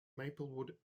maplewood